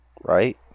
Right